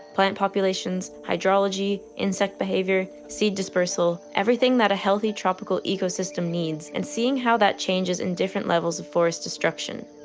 plant populations, hydrology, insect behavior, seed dispersal, everything that a healthy tropical ecosystem needs and seeing how that changes in different levels of forest destruction.